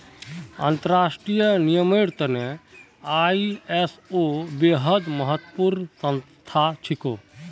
अंतर्राष्ट्रीय नियंत्रनेर त न आई.एस.ओ बेहद महत्वपूर्ण संस्था छिके